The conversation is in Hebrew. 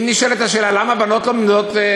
אם נשאלת השאלה: למה בנות לומדות?